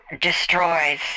destroys